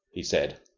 he said.